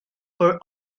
for